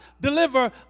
Deliver